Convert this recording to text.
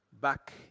back